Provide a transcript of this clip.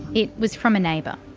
it was from a neighbour.